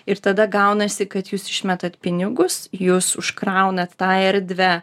ir tada gaunasi kad jūs išmetat pinigus jūs užkraunat tą erdvę